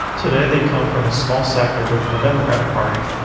today they come from a small sector within the democratic party,